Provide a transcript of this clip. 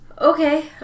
Okay